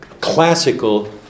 classical